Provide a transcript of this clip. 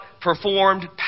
performed